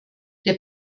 der